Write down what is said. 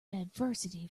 adversity